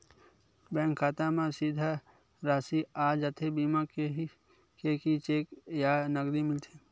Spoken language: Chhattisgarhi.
बैंक खाता मा सीधा राशि आ जाथे बीमा के कि चेक या नकदी मिलथे?